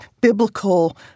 biblical